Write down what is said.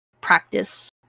practice